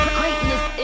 greatness